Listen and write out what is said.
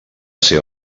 ser